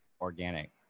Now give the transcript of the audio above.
organic